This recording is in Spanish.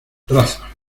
raza